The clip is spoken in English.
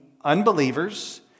unbelievers